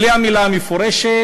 בלי המילה המפורשת,